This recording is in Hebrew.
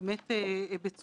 החל מוועדת בכר,